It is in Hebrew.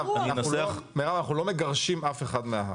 אנחנו לא מגרשים אף אחד מההר.